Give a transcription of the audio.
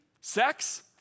Sex